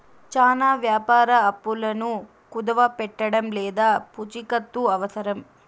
చానా వ్యాపార అప్పులను కుదవపెట్టడం లేదా పూచికత్తు అవసరం